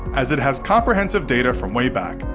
as it has comprehensive data from way back.